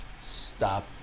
Stop